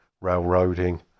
railroading